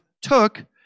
took